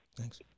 Thanks